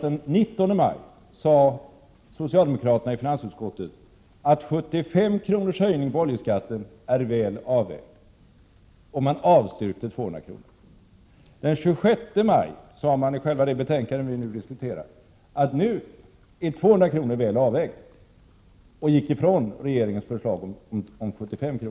Den 19 maj sade alltså socialdemokraterna i finansutskottet att en höjning av oljeskatten med 75 kr. var väl avvägd, och man avstyrkte förslaget om en höjning med 200 kr. Den 26 maj skrev socialdemokraterna i det betänkande som vi nu diskuterar att en höjning av oljeskatten med 200 kr. är en väl avvägd höjning. De frångick därmed regeringens förslag om en höjning med 75 kr.